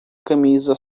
camisa